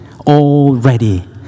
Already